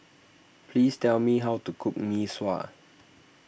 please tell me how to cook Mee Sua